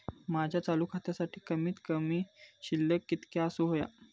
माझ्या चालू खात्यासाठी कमित कमी शिल्लक कितक्या असूक होया?